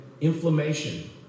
inflammation